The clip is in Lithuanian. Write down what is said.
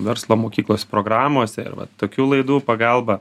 verslo mokyklos programose ir va tokių laidų pagalba